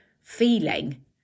feeling